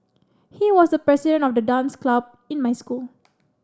he was the president of the dance club in my school